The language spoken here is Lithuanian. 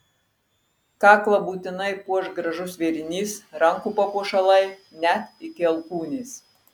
kaklą būtinai puoš gražus vėrinys rankų papuošalai net iki alkūnės